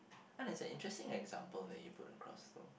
oh that's an interesting example that you put across though